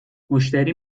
مشتری